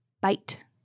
bite